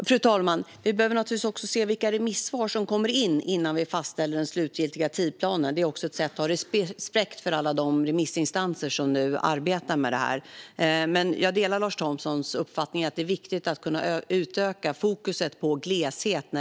Fru talman! Vi behöver naturligtvis också se vilka remissvar som kommer in innan vi fastställer den slutgiltiga tidsplanen. Det är också ett sätt att ha respekt för alla de remissinstanser som arbetar med frågan. Jag delar Lars Thomssons uppfattning att det är viktigt att kunna utöka fokus på gleshet.